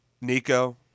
Nico